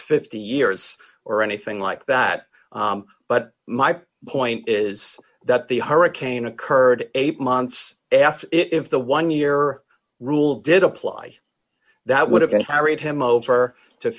fifty years or anything like that but my point is that the hurricane occurred eight months after if the one year or rule did apply that would have been carried him over to